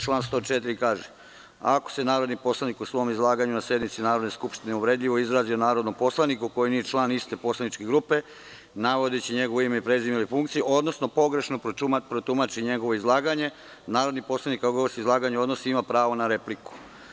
Član 104. kaže – ako se narodni poslanik u svom izlaganju na sednici Narodne skupštine uvredljivo izrazi o narodnom poslaniku koji nije član iste poslaničke grupe navodeći njegovo ime i prezime i funkciju, odnosno pogrešno protumači njegovo izlaganje, narodni poslanik ima pravo na repliku.